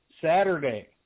Saturday